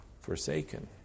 forsaken